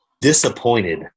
Disappointed